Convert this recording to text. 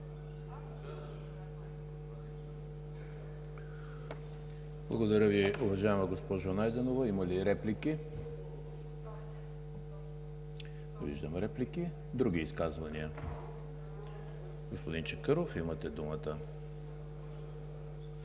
Благодаря Ви, уважаема госпожо Найденова. Има ли реплики? Не виждам реплики. Други изказвания? Господин Чакъров, имате думата.